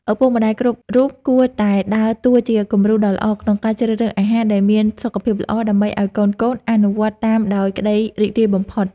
ឪពុកម្តាយគ្រប់រូបគួរតែដើរតួជាគំរូដ៏ល្អក្នុងការជ្រើសរើសអាហារដែលមានសុខភាពល្អ ដើម្បីឲ្យកូនៗអនុវត្តតាមដោយក្តីរីករាយបំផុត។